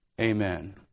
Amen